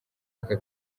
aka